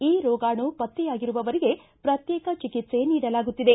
ಈ ರೋಗಾಣು ಪತ್ತೆಯಾಗಿರುವವರಿಗೆ ಪ್ರತ್ಯೇಕ ಚಿಕಿತ್ಸೆ ನೀಡಲಾಗುತ್ತಿದೆ